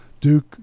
Duke